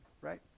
right